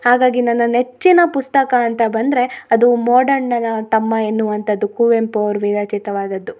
ಹಾಗಾಗಿ ನನ್ನ ನೆಚ್ಚಿನ ಪುಸ್ತಕ ಅಂತ ಬಂದರೆ ಅದು ಮೋಡಣ್ಣನ ತಮ್ಮ ಎನ್ನುವಂಥದ್ದು ಕುವೆಂಪು ಅವ್ರು ವಿರಚಿತವಾದದ್ದು